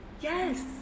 Yes